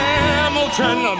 Hamilton